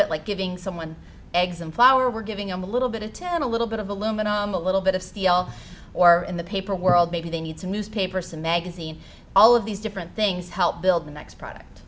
bit like giving someone eggs and flour we're giving them a little bit of town a little bit of aluminum a little bit of steel or in the paper world maybe they need some newspaper some magazine all of these different things to help build the next product